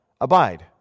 abide